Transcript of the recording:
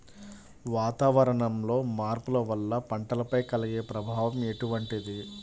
వాతావరణంలో మార్పుల వల్ల పంటలపై కలిగే ప్రభావం ఎటువంటిది?